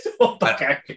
Okay